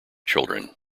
children